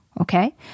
Okay